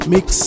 Mix